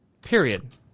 Period